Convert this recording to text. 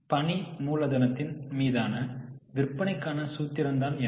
பணி மூலதனத்தின் மீதான விற்பனைக்கான சூத்திரம் என்ன